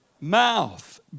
mouth